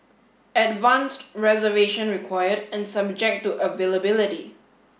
advanced reservation required and subject to availability